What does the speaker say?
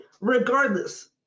regardless